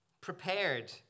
prepared